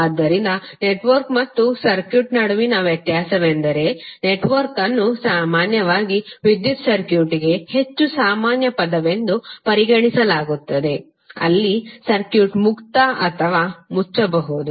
ಆದ್ದರಿಂದ ನೆಟ್ವರ್ಕ್ ಮತ್ತು ಸರ್ಕ್ಯೂಟ್ ನಡುವಿನ ವ್ಯತ್ಯಾಸವೆಂದರೆ ನೆಟ್ವರ್ಕ್ ಅನ್ನು ಸಾಮಾನ್ಯವಾಗಿ ವಿದ್ಯುತ್ ಸರ್ಕ್ಯೂಟ್ಗೆ ಹೆಚ್ಚು ಸಾಮಾನ್ಯ ಪದವೆಂದು ಪರಿಗಣಿಸಲಾಗುತ್ತದೆ ಅಲ್ಲಿ ಸರ್ಕ್ಯೂಟ್ ಮುಕ್ತ ಅಥವಾ ಮುಚ್ಚಬಹುದು